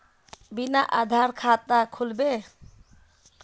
बिना आधार कार्डेर खाता खुल बे?